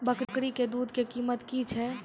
बकरी के दूध के कीमत की छै?